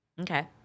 Okay